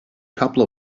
couple